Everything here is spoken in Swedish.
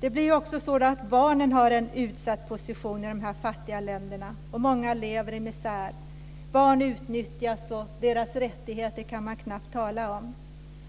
Det blir också så att barnen får en utsatt position i dessa fattiga länder, och många lever i misär. Barn utnyttjas, och deras rättigheter kan man knappt tala om.